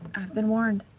i've been warned.